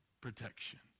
protection